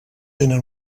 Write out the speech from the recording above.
tenen